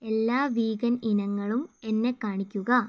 എല്ലാ വീഗൻ ഇനങ്ങളും എന്നെ കാണിക്കുക